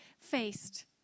faced